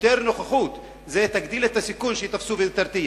יותר נוכחות יגדילו את הסיכוי שייתפסו ותהיה הרתעה.